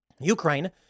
Ukraine